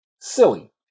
silly